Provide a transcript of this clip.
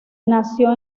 nació